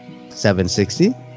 760